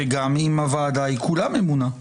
וגם אם הוועדה היא כולה ממונה.